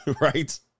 Right